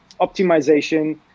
optimization